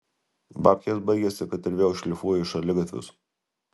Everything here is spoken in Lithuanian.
babkės baigėsi kad ir vėl šlifuoji šaligatvius